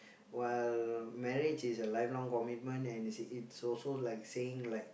while marriage is a lifelong commitment and it's also like saying like